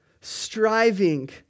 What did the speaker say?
Striving